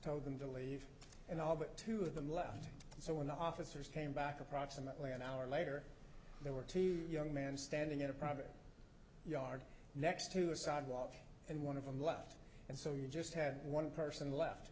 told them to leave and all but two of them left so when the officers came back approximately an hour later there were two young man standing in a private yard next to a sidewalk and one of them left and so you just had one person left